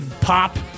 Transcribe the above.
pop